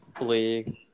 league